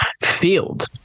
field